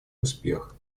успех